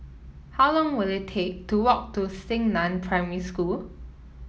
how long will it take to walk to Xingnan Primary School